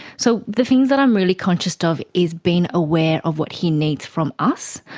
so the things that i'm really conscious of is being aware of what he needs from us.